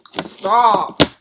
Stop